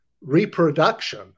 reproduction